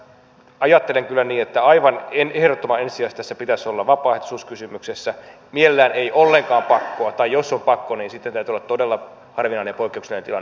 ajattelen kyllä niin että aivan ehdottoman ensisijaisesti tässä pitäisi olla vapaaehtoisuus kysymyksessä mielellään ei ollenkaan pakkoa tai jos on pakko niin sitten täytyy olla todella harvinainen ja poikkeuksellinen tilanne kysymyksessä